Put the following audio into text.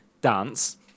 dance